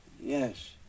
Yes